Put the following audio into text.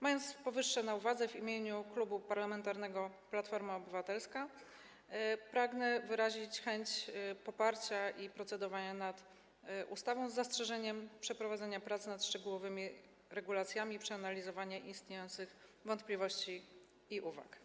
Mając powyższe na uwadze, w imieniu Klubu Parlamentarnego Platforma Obywatelska pragnę wyrazić chęć poparcia i procedowania nad ustawą, z zastrzeżeniem potrzeby przeprowadzenia prac nad szczegółowymi regulacjami i przeanalizowania istniejących wątpliwości i uwag.